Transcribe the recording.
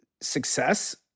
success